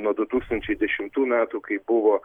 nuo du tūkstančiai dešimtų metų kai buvo